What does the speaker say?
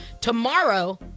tomorrow